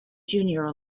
junior